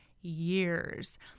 years